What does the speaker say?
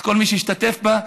את כל מי שהשתתף בו,